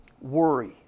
Worry